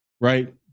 Right